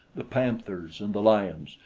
the panthers and the lions,